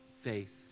faith